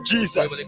Jesus